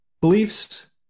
beliefs